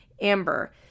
Amber